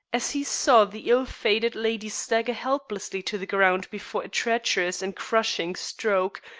as he saw the ill-fated lady stagger helplessly to the ground before a treacherous and crushing stroke,